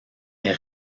est